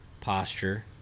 posture